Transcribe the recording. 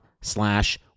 slash